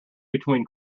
between